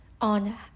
on